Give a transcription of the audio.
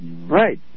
Right